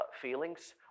feelings